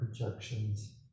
projections